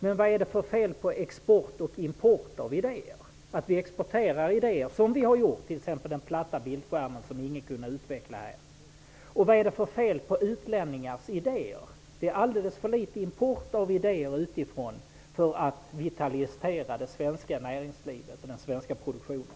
Men vad är det för fel på export och import av idéer? T.ex har idéen om den platta bildskärmen exporterats -- som ingen kunde utveckla här. Vad är det för fel på utlänningars idéer? Det är alldeles för liten import av idéer utifrån för att vitalisera det svenska näringslivet och den svenska produktionen.